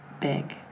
big